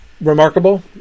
remarkable